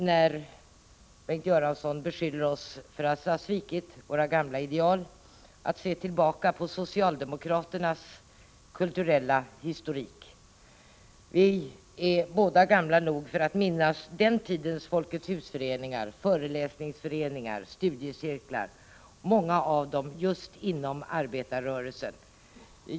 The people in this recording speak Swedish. När Bengt Göransson beskyller oss för att ha svikit våra gamla ideal, finns det orsak att se tillbaka på socialdemokraternas kulturella historik. Vi är båda gamla nog för att minnas den tidens Folkets hus-föreningar, föreläsningsföreningar och studiecirklar — många av dem just inom arbetarrörelsen.